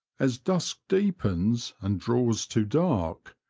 as dusk deepens and draws to dark,